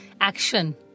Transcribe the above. Action